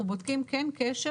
אנחנו כן בודקים קשר,